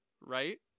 Right